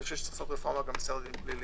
אני חושב שצריך גם רפורמה בסדר הדין הפלילי,